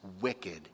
wicked